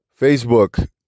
Facebook